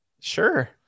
sure